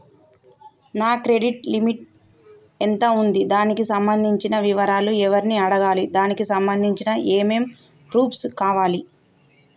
నా credit limit ఎంత ఉంది? దానికి సంబంధించిన వివరాలు ఎవరిని అడగాలి? దానికి సంబంధించిన ఏమేం ప్రూఫ్స్ కావాలి?